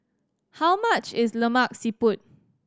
how much is Lemak Siput